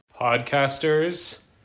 Podcasters